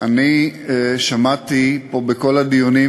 אני שמעתי פה בכל הדיונים,